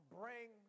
bring